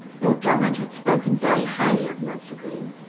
lord drummond had spoken very highly of mounser green,